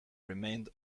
remained